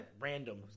Random